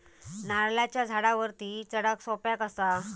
नारळाच्या झाडावरती चडाक सोप्या कसा?